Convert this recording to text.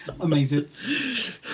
Amazing